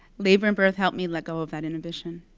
labor and birth helped me let go of that inhibition.